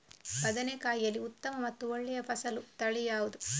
ಬದನೆಕಾಯಿಯಲ್ಲಿ ಉತ್ತಮ ಮತ್ತು ಒಳ್ಳೆಯ ಫಸಲು ತಳಿ ಯಾವ್ದು?